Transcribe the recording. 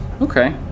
Okay